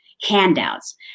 handouts